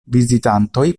vizitantoj